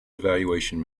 evaluation